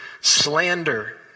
slander